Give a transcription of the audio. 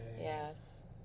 Yes